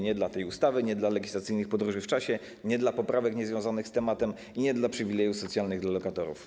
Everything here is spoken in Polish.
Nie dla tej ustawy, nie dla legislacyjnych podróży w czasie, nie dla poprawek niezwiązanych z tematem i nie dla przywilejów socjalnych dla lokatorów.